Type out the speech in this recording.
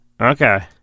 Okay